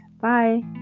Bye